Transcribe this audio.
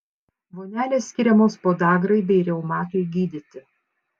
vonelės skiriamos podagrai bei reumatui gydyti